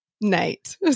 Night